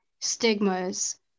stigmas